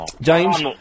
James